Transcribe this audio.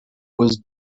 was